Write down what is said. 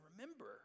remember